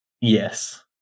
Yes